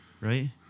Right